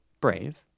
Brave